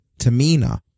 Tamina